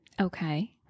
Okay